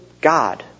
God